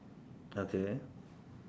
okay